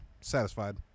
satisfied